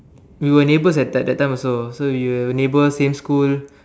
we were neighbours at that that time also so we were neighbours same school